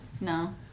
No